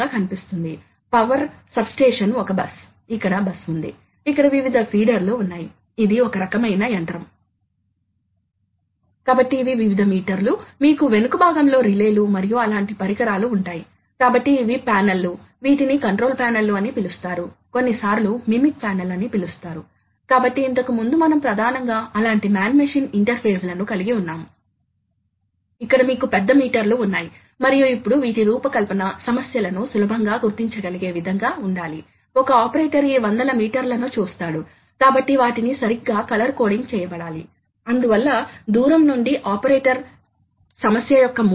కనుక ఇది గేర్ పై లేదా బాల్ స్క్రూ లో ఉండవచ్చు ఇది షాఫ్ట్ ఏంగిల్ ఎన్కోడెర్ లో కూడా ఉంటుంది కాబట్టి లీడ్ స్క్రూ పిచ్ లోపం కూడా ఉండవచ్చు అంటే లీడ్ స్క్రూ యొక్క ఒక భ్రమణం దారితీయకపోవచ్చు స్క్రూ వెంట సరిగ్గా అదే మొత్తంలో పురోగతి కి దారి తీస్తుంది అప్పుడు సాధనం పొడవు మరియు కట్టర్ వ్యాసార్థానికి కు అవసరమైన పరిహారాలు ఉన్నాయి నేను ఇప్పుడు మాట్లాడుతున్న విషయం సాధనం యొక్క పరిమిత పరిమాణం కారణంగా మీరు ఎటువంటి కదలిక ను సృష్టించాలి అంటే టిప్ వాస్తవానికి మీరు దానిని కట్ చేయాలి అనుకునే స్థానం ప్రకారం కట్ చేసు కుంటారు